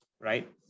right